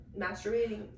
masturbating